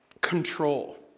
Control